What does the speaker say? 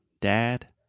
Dad